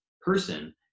person